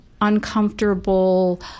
uncomfortable